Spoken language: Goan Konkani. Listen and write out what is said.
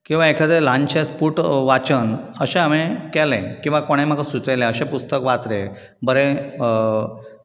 किंवा एकादें ल्हानशें स्पूट वाचन अशें हावें केलें किंवा कोणें म्हाका सुचयलें अशें पुस्तक वाच रे बरें